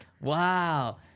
Wow